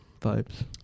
vibes